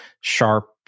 sharp